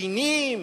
כינים,